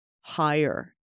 higher